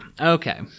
okay